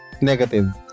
negative